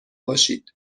باشید